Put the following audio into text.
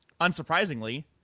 unsurprisingly